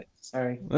Sorry